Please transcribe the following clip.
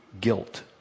guilt